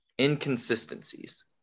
inconsistencies